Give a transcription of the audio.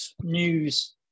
news